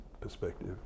perspective